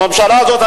הממשלה הזאת,